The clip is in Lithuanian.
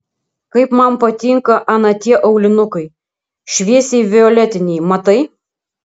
kaip man patinka ana tie aulinukai šviesiai violetiniai matai